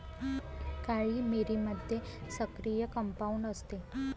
काळी मिरीमध्ये सक्रिय कंपाऊंड असते